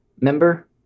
member